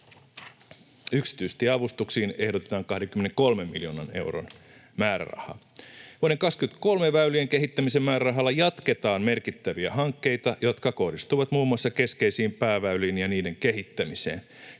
Yksityistieavustuksiin ehdotetaan 23 miljoonan euron määrärahaa. Vuoden 23 väylien kehittämisen määrärahalla jatketaan merkittäviä hankkeita, jotka kohdistuvat muun muassa keskeisiin pääväyliin ja niiden kehittämiseen.